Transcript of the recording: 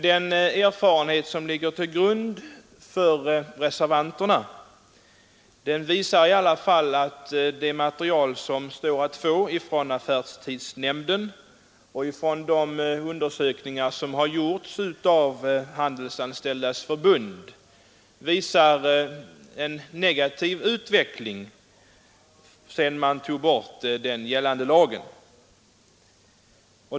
Det material som reservanterna anfört från affärstidsnämnden och från de undersökningar som företagits av Handelsanställdas förbund visar dock en negativ utveckling sedan man tog bort den gällande lagen.